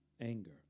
Anger